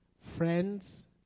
friends